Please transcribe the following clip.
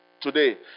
today